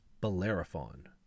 Bellerophon